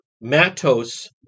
Matos